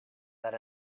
that